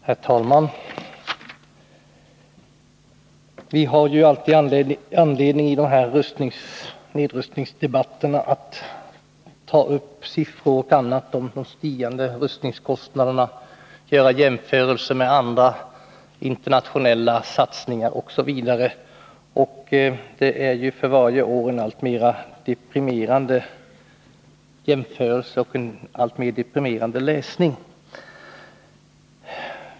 Herr talman! Vi har ju i dessa nedrustningsdebatter alltid anledning att ta upp siffror och andra uppgifter om de stigande rustningskostnaderna, göra jämförelser med andra internationella satsningar osv. Det blir för varje år alltmer deprimerande jämförelser och en alltmer deprimerande läsning.